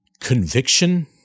conviction